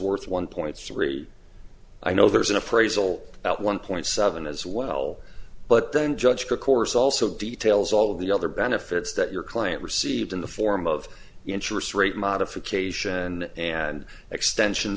worth one point three i know there's an appraisal at one point seven as well but then judge course also details all of the other benefits that your client received in the form of interest rate modification and extension